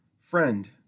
Friend